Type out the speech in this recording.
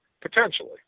potentially